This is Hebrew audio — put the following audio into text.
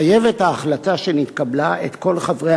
מחייבת ההחלטה שנתקבלה את כל חברי